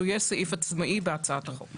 שהוא יהיה סעיף עצמאי בהצעת החוק.